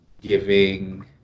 giving